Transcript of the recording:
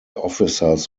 officers